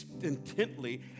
intently